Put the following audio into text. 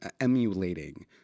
emulating